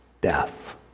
death